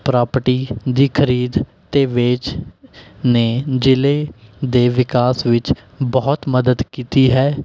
property ਦੀ ਖਰੀਦ ਅਤੇ ਵੇਚ ਨੇ ਜ਼ਿਲ੍ਹੇ ਦੇ ਵਿਕਾਸ ਵਿੱਚ ਬਹੁਤ ਮਦਦ ਕੀਤੀ ਹੈ